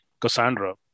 Cassandra